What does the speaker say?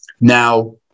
now